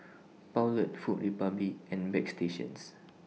Poulet Food Republic and Bagstationz